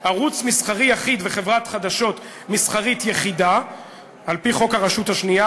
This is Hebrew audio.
ערוץ מסחרי יחיד וחברת חדשות מסחרית יחידה על-פי חוק הרשות השנייה,